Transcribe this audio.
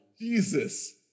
jesus